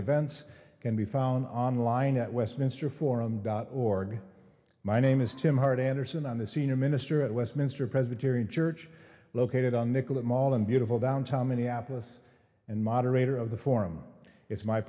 events can be found online at westminster forum dot org my name is tim howard anderson on the senior minister at westminster presbyterian church located on nicollet mall in beautiful downtown minneapolis and moderator of the forum it's my